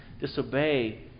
disobey